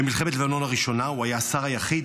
במלחמת לבנון הראשונה הוא היה השר היחיד